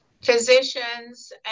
physicians